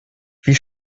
wie